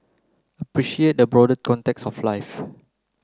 appreciate the broader context of life